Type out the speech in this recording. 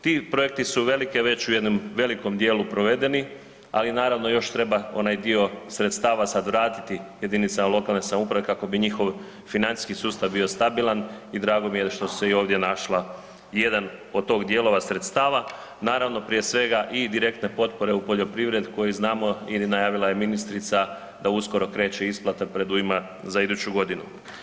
Ti projekti su već u jednom velikom dijelu provedeni, ali naravno još treba onaj dio sredstava sad vratiti jedinicama lokalne samouprave kako bi njihov financijski sustav bio stabilan i drago mi je što su se i ovdje našla jedan od tog dijelova sredstava naravno prije svega i direktne potpore u poljoprivredu koju znamo i najavila je ministrica da uskoro kreće isplata predujma za iduću godinu.